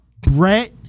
Brett